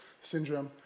Syndrome